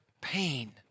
pain